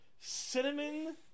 cinnamon